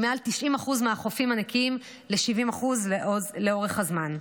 עם מעל 90% מהחופים הנקיים ו-70% לאורך הזמן.